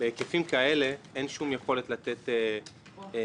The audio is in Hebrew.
בהיקפים כאלה אין שום יכולת לתת מענה